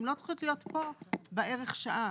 הן לא צריכות להיות כאן בערך שעה.